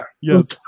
Yes